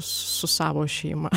su savo šeima